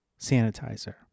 Sanitizer